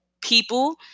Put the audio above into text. people